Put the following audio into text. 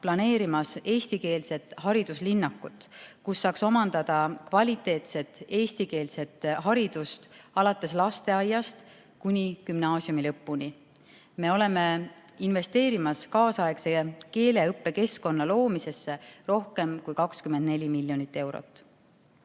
planeerimas eestikeelset hariduslinnakut, kus saaks omandada kvaliteetset eestikeelset haridust alates lasteaiast kuni gümnaasiumi lõpuni. Me oleme investeerimas kaasaegse keeleõppekeskkonna loomisesse rohkem kui 24 miljonit eurot.